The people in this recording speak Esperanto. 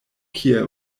kie